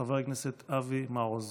חבר הכנסת אבי מעוז.